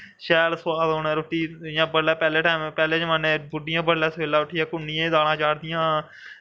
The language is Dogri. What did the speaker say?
शैल सोआद औना इं'दी रुट्टी इ'यां पैह्लै जमानै बुड्डियां बडलै सवेला उट्ठियै कु'न्नियें दी दालां चाढ़दियां हियां